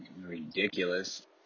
Ridiculous